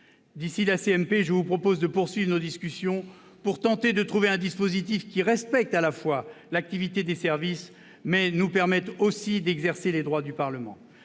D'ici à la CMP, je vous propose de poursuivre nos discussions pour tenter de trouver un dispositif qui non seulement respecte l'activité des services, mais nous permette aussi d'exercer les droits du Parlement.